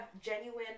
genuine